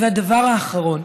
הדבר האחרון,